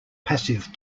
passive